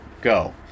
go